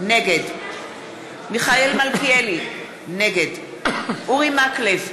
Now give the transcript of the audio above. נגד מיכאל מלכיאלי, נגד אורי מקלב,